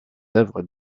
œuvres